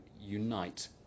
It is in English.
unite